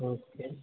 okay